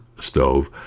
stove